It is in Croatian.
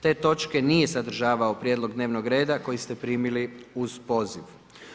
Te točke nije sadržavao Prijedlog dnevnog reda koji ste primili uz poziv.